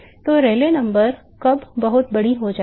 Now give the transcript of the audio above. तो रेले संख्या कब बहुत बड़ी हो जाएगी